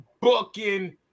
booking